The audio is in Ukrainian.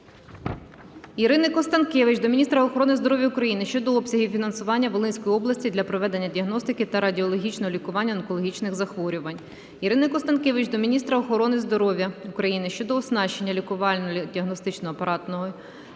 Ірини Констанкевич до міністра охорони здоров'я України щодо обсягів фінансування Волинської області для проведення діагностики та радіологічного лікування онкологічних захворювань. Ірини Констанкевич до міністра охорони здоров'я України щодо оснащення лікувально-діагностичною апаратурою в